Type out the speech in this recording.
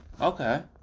Okay